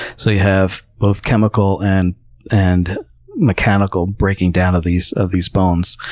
so you have both chemical and and mechanical breaking down of these of these bones,